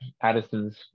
Addison's